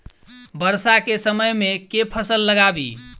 वर्षा केँ समय मे केँ फसल लगाबी?